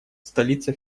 столица